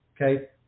Okay